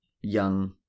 young